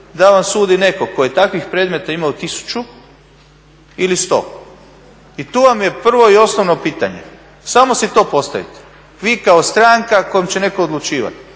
da vam sudi neko ko je takvih predmeta imao tisuću ili sto. I tu vam je prvo i osnovno pitanje, samo si to postavite. Vi kao stranka kojoj će neko odlučivati,